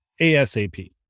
ASAP